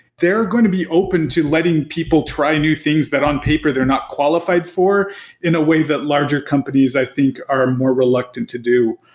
they're going to be open to letting people try new things that on paper they're not qualified for in a way that larger companies i think are more reluctant to do.